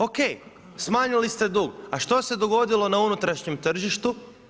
OK smanjili ste dug, a što se dogodilo na unutrašnjem tržištu?